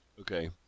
Okay